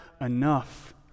enough